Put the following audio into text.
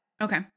Okay